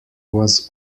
was